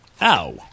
Ow